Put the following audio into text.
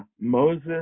Moses